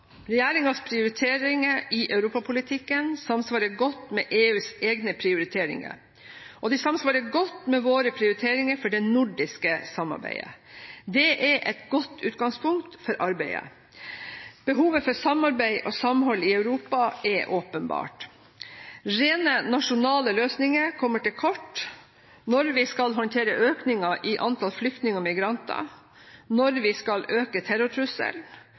prioriteringer i europapolitikken samsvarer godt med EUs egne prioriteringer. Og de samsvarer godt med våre prioriteringer for det nordiske samarbeidet. Det er et godt utgangspunkt for arbeidet vårt. Behovet for samarbeid og samhold i Europa er åpenbart. Rene nasjonale løsninger kommer til kort når vi skal håndtere økningen i antall flyktninger og migranter, når vi skal møte terrortrusselen,